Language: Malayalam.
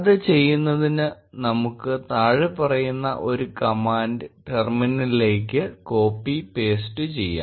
അത് ചെയ്യുന്നതിന് നമുക്ക് താഴെ പറയുന്ന ഒരു കമാൻഡ് ടെർമിനലിലേക്ക് കോപ്പി പേസ്റ്റ് ചെയ്യാം